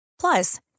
Plus